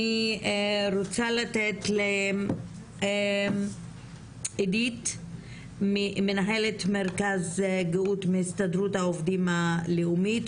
אני רוצה לתת לעידית מנהלת מרכז גאות מהסתדרות העובדים הלאומית.